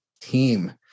team